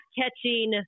catching